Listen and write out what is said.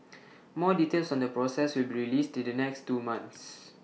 more details on the process will be released the next two months